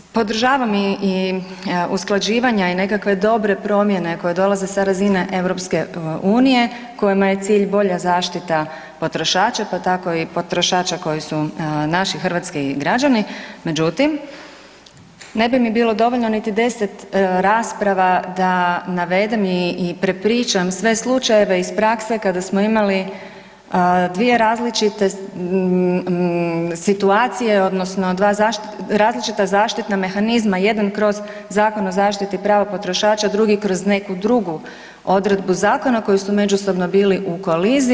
Podržavam i usklađivanja i nekakve dobre promjene koje dolaze sa razine EU kojima je cilj bolja zaštita potrošača, pa tako i potrošača koji su naši hrvatski građani, međutim, ne bi mi bilo dovoljno ni 10 rasprava da navedem i prepričam sve slučajeve iz prakse kada smo imali 2 različite situacije odnosno 2 različita zaštitna mehanizma, jedan kroz Zakon o zaštiti prava potrošača, drugi kroz neku drugu odredbi zakona, koji su međusobno bili u koliziji.